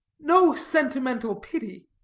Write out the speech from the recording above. no sentimental pity.